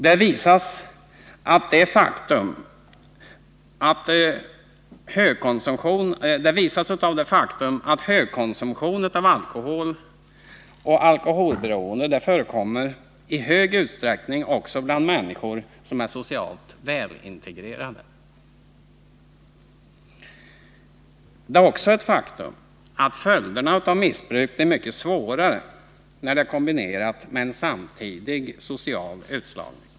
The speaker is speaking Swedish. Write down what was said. Det visas av det faktum att hög konsumtion av alkohol och alkoholberoende förekommer i stor utsträckning också bland människor som är socialt välintegrerade. Men det är också ett faktum att följderna av missbruk blir mycket svårare när det är kombinerat med samtidig social utslagning.